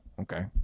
okay